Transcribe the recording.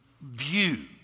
view